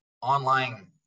online